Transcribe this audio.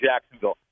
Jacksonville